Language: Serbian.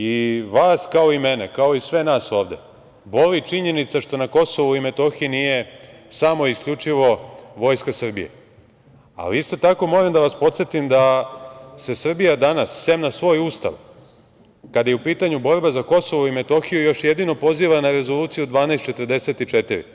I vas, kao i mene, kao i sve nas ovde, boli činjenica što na Kosovu i Metohiji nije samo i isključivo Vojska Srbije, ali isto tako, moram da vas podsetim da se Srbija danas, sem na svoj Ustav, kada je u pitanju borba za Kosovo i Metohiju još jedino poziva na Rezoluciju 1244.